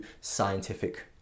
scientific